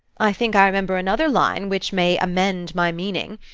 i think i remember another line, which may amend my meaning?